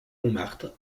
montmartre